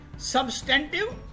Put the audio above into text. substantive